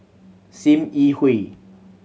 Sim Yi Hui